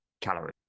calories